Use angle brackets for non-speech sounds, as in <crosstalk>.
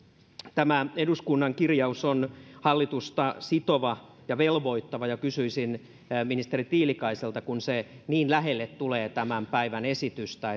tämä eduskunnan kirjaus on hallitusta sitova ja velvoittava ja kysyisin ministeri tiilikaiselta kun se niin lähelle tulee tämän päivän esitystä <unintelligible>